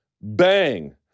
bang